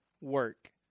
work